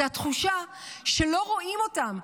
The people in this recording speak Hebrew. זה התחושה שלא רואים אותם.